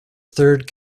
third